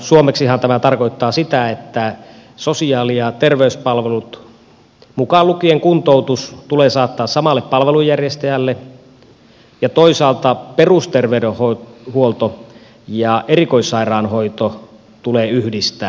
suomeksihan tämä tarkoittaa sitä että sosiaali ja terveyspalvelut mukaan lukien kuntoutus tulee saattaa samalle palvelunjärjestäjälle ja toisaalta perusterveydenhuolto ja erikoissairaanhoito tulee yhdistää